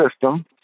system